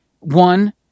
one